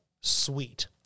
sweet